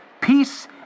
peace